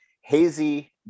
hazy